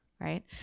right